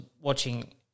watching